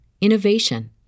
innovation